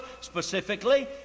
specifically